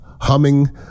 humming